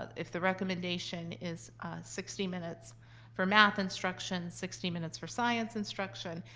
if the recommendation is sixty minutes for math instruction, sixty minutes for science instruction,